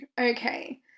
Okay